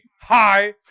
hi